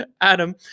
Adam